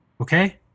Okay